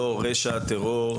לא רשע, טרור או רצח.